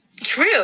True